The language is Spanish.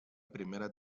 primera